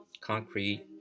concrete